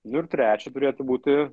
ir trečia turėtų būti